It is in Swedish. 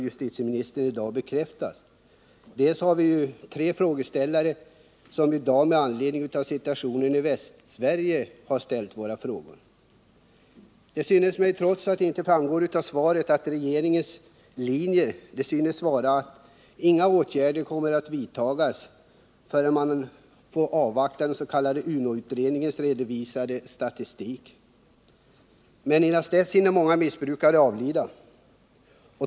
De tre ledamöter som ställt frågor i det här ärendet har ju dessutom gjort det med anledning av situationen i Västsverige. Trots att det inte direkt framgår av svaret synes emellertid regeringens linje vara att inga åtgärder kommer att vidtas förrän man tagit del av den statistik som kommer att redovisas av utredningen om narkotikamissbrukets omfattning, den s.k. UNO-utredningen. Men dessförinnan hinner många missbrukare avlida.